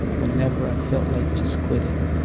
whenever i felt like just quitting,